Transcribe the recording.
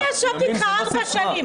היא תהיה טובה לציבור,